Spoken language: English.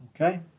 okay